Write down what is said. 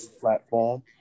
platform